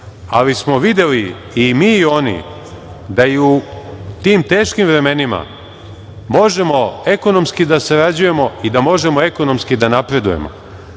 ali smo videli i mi i oni da i u tim teškim vremenima možemo ekonomski da sarađujemo i da možemo ekonomski da napredujemo.